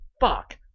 Fuck